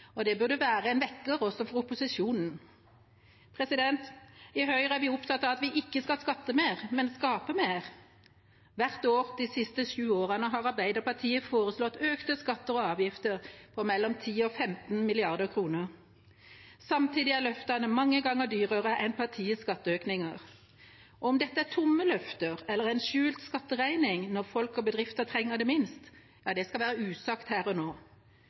Det burde være en vekker også for opposisjonen. I Høyre er vi opptatt av at vi ikke skal skatte mer, men skape mer. Hvert år de siste sju årene har Arbeiderpartiet foreslått økte skatter og avgifter på mellom 10 og 15 mrd. kr. Samtidig er løftene mange ganger dyrere enn partiets skatteøkninger. Om dette er tomme løfter, eller en skjult skatteregning når folk og bedrifter trenger det minst, skal være usagt her og nå.